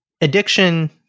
Addiction-